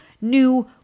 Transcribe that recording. new